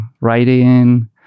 writing